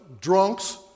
drunks